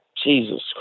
Jesus